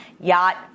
yacht